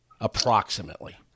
Approximately